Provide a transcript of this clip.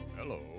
Hello